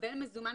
קבל מזומן.